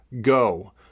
Go